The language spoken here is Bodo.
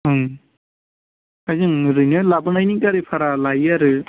ओम ओमफ्राय जों ओरैनो लाबोनायनि गारिभारा लायोआरो